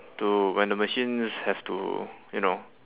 to when the machines have to you know